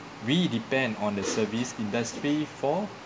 we depend on the service industry for